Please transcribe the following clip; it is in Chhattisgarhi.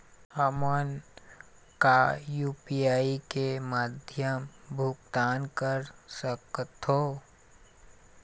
हमन का यू.पी.आई के माध्यम भुगतान कर सकथों?